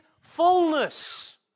fullness